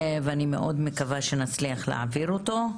ואני מאוד מקווה שנצליח להעביר אותו.